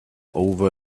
over